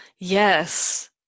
Yes